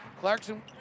Clarkson